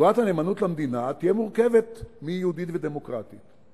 שבועת הנאמנות למדינה תהיה מורכבת מיהודית ודמוקרטית,